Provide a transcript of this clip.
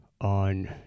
on